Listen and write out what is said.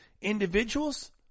individuals